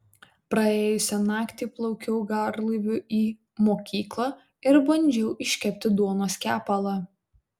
praėjusią naktį plaukiau garlaiviu į mokyklą ir bandžiau iškepti duonos kepalą